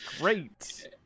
great